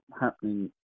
happening